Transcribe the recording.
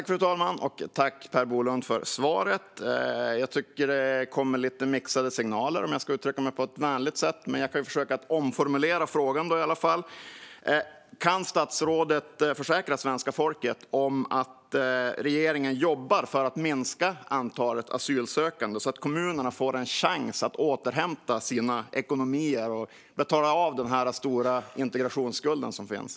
Fru talman! Tack, Per Bolund, för svaret! Jag tycker att det kommer lite blandade signaler, om jag ska uttrycka mig på ett vänligt sätt, men jag kan försöka att omformulera frågan. Kan statsrådet försäkra svenska folket att regeringen jobbar för att minska antalet asylsökande så att kommunerna får en chans att återhämta sig ekonomiskt och betala av den stora integrationsskuld som finns?